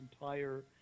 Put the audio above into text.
entire